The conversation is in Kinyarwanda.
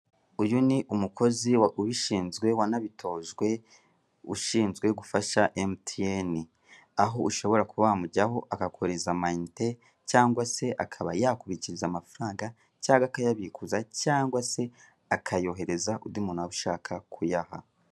Uyu nii umukozi ubishinzwe wanabitojwe ushinzwe gufasha emutiyene, aho ushobora kuba wamujyaho akakoherereza amayinite cyangwa se akaba yakubikira amafaranga cyangwa akayabikuza cyangwa se akoyohereza k'undi muntu waba ushaka kuyaha.